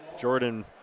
Jordan